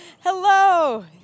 Hello